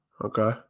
Okay